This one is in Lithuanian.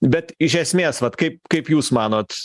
bet iš esmės vat kaip kaip jūs manot